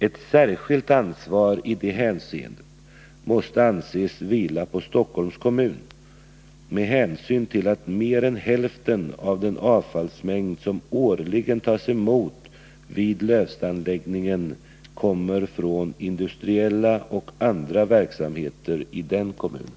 Ett särskilt ansvar idet hänseendet måste anses vila på Stockholms kommun med hänsyn till att mer än hälften av den avfallsmängd som årligen tas emot vid Lövstaanläggningen kommer från industriella och andra verksamheter i den kommunen.